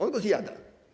On go zjada.